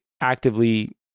actively